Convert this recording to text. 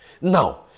Now